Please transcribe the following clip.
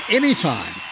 anytime